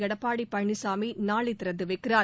எடப்பாடிபழனிசாமிநாளைதிறந்துவைக்கிறார்